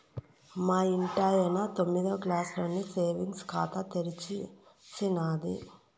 మా ఇంటాయన తొమ్మిదో క్లాసులోనే సేవింగ్స్ ఖాతా తెరిచేసినాది